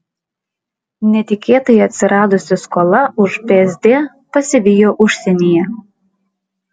netikėtai atsiradusi skola už psd pasivijo užsienyje